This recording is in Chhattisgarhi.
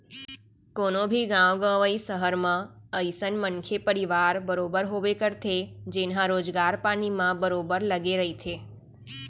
कोनो भी गाँव गंवई, सहर म अइसन मनखे परवार बरोबर होबे करथे जेनहा रोजगार पानी म बरोबर लगे रहिथे